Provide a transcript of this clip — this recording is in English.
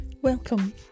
Welcome